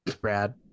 brad